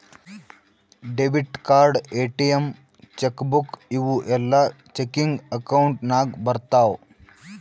debit card, ATM, cheque book ಇವೂ ಎಲ್ಲಾ checking account ನಾಗ್ ಬರ್ತಾವ್